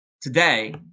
Today